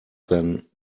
than